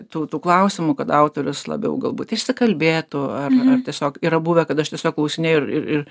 tų tų klausimų kad autorius labiau galbūt išsikalbėtų ar ar tiesiog yra buvę kad aš tiesiog klausinėju ir ir